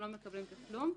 הם לא מקבלים תשלום,